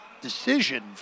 decision